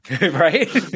Right